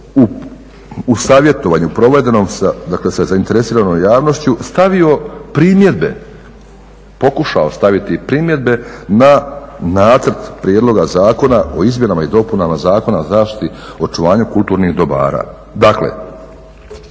u savjetovanju provedenom sa, dakle sa zainteresiranom javnošću, stavio primjedbe, pokušao staviti primjedbe na nacrt prijedloga zakona o izmjenama i dopunama Zakona o zaštiti i očuvanju kulturnih dobara.